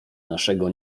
naszego